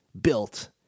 built